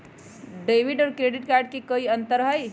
Debit और credit card में कई अंतर हई?